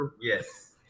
yes